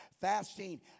Fasting